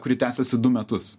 kuri tęsėsi du metus